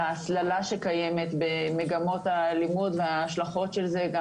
להסללה שקיימת במגמות הלימוד וההשלכות של זה גם